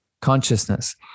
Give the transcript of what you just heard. consciousness